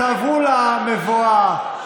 תעברו למבואה,